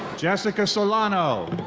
jessica solano.